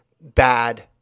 bad